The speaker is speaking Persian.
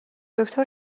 دکتر